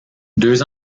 deux